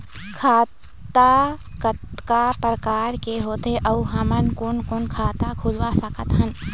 खाता कतका प्रकार के होथे अऊ हमन कोन कोन खाता खुलवा सकत हन?